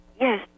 Yes